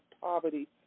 poverty